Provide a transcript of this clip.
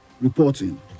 reporting